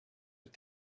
het